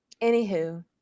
Anywho